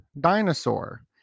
dinosaur